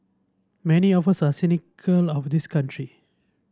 many of us are cynical about this country